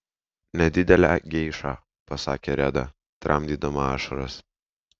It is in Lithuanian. nedidelę geišą pasakė reda tramdydama ašaras